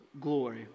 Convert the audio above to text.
glory